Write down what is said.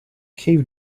cave